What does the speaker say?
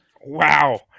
Wow